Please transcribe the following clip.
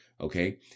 Okay